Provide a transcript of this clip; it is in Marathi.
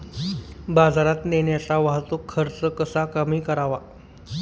बाजारात नेण्याचा वाहतूक खर्च कसा कमी करावा?